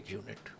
unit